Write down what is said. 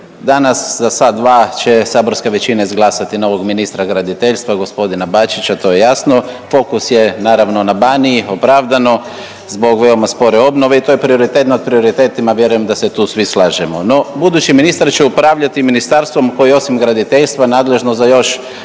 danas za sat dva će saborska većina izglasati novog ministra graditeljstva g. Bačića, to je jasno, fokus je naravno na Baniji opravdano zbog veoma spore obnove i to je prioritet nad prioritetima i vjerujem da se tu svi slažemo. No budući ministar će upravljati i ministarstvom koje je osim graditeljstva nadležno za još